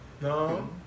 No